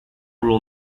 rule